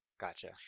Gotcha